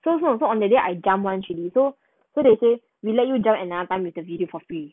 so so so on that day I jump one already so so they say we let you join another time with the video for free